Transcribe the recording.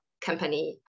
company